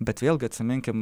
bet vėlgi atsiminkim